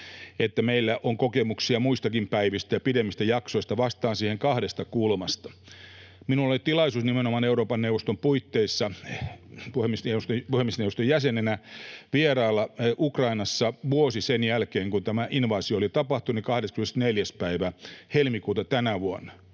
että meillä on kokemuksia muistakin päivistä ja pidemmistä jaksoista. Vastaan siihen kahdesta kulmasta. Minulla oli tilaisuus nimenomaan Euroopan neuvoston puitteissa puhemiesneuvoston jäsenenä vierailla Ukrainassa vuosi sen jälkeen, kun tämä invaasio oli tapahtunut, eli 24. päivä helmikuuta tänä vuonna.